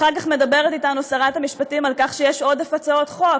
ואחר כך מדברת אתנו שרת המשפטים על כך שיש עודף הצעות חוק.